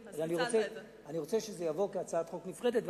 אלא אני רוצה שזה יעבור כהצעת חוק נפרדת,